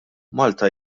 malta